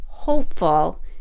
hopeful